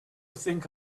think